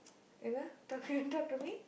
talk you want talk to me